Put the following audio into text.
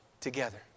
together